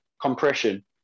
compression